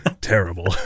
Terrible